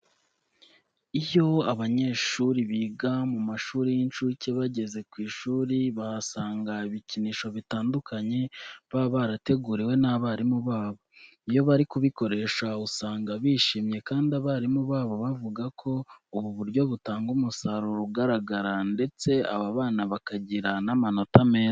Iyo abanyeshuri biga mu mashuri y'incuke bageze ku ishuri bahasanga ibikinisho bitandukanye baba barateguriwe n'abarimu babo. Iyo bari kubikoresha usanga bishimye kandi abarimu babo bavuga ko ubu buryo butanga umusaruro ugaragara ndetse aba bana bakagira n'amanota meza.